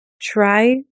try